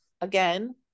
again